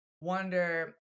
wonder